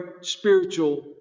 spiritual